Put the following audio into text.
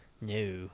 No